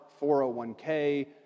401k